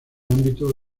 ámbito